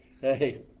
Hey